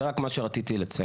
זה רק מה שרציתי לציין.